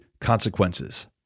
consequences